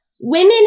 women